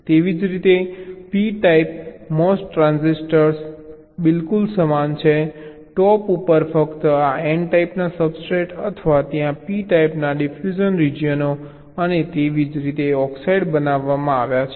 એવી જ રીતે p ટાઈપ MOS ટ્રાન્ઝિસ્ટર બિલકુલ સમાન છે ટોપ ઉપર ફક્ત આ n ટાઈપના સબસ્ટ્રેટ અથવા ત્યાં p ટાઈપના ડિફ્યુઝન રીજીયનો અને તેવી જ રીતે ઓક્સાઇડ બનાવવામાં આવે છે